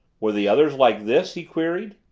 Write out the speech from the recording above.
were the others like this? he queried.